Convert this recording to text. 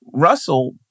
Russell